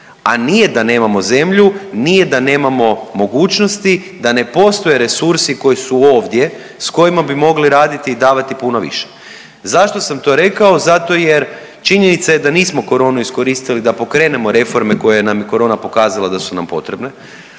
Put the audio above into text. A nije da nemamo zemlju, nije da nemamo mogućnosti, da ne postoje resursi koji su ovdje s kojima bi mogli raditi i davati puno više. Zašto sam to rekao? Zato jer činjenica je da nismo coronu iskoristili da pokrenemo reforme koje nam je corona pokazala da su nam potrebne